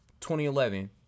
2011